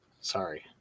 Sorry